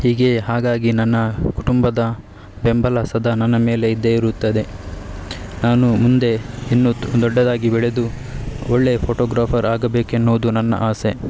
ಹೀಗೆಯೇ ಹಾಗಾಗಿ ನನ್ನ ಕುಟುಂಬದ ಬೆಂಬಲ ಸದಾ ನನ್ನ ಮೇಲೆ ಇದ್ದೇ ಇರುತ್ತದೆ ನಾನು ಮುಂದೆ ಇನ್ನೂ ದೊಡ್ಡದಾಗಿ ಬೆಳೆದು ಒಳ್ಳೆಯ ಫೋಟೋಗ್ರಾಫರ್ ಆಗಬೇಕು ಎನ್ನುವುದು ನನ್ನ ಆಸೆ